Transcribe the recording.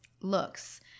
looks